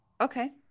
okay